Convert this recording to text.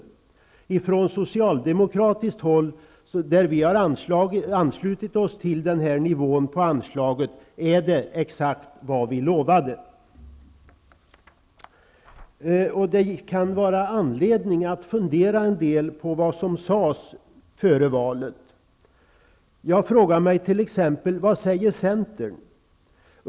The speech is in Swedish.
Vi har från socialdemokratiskt håll anslutit oss till den här nivån på anslaget, för det är exakt vad vi lovade. Det kan finnas anledning att fundera en del på det som sades före valet. Jag frågar mig t.ex. vad Centern säger.